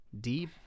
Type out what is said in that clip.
deep